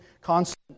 constant